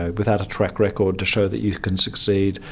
ah without a track record to show that you can succeed,